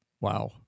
wow